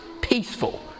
peaceful